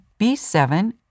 B7